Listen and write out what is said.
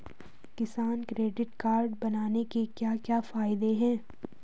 किसान credit card बनाने के क्या क्या फायदे हैं?